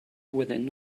within